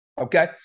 Okay